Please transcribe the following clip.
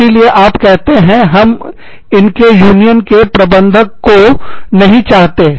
इसीलिए आप कहते हैं हम इनके यूनियन के प्रबंधक को नहीं चाहते हैं